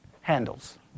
handles